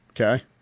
Okay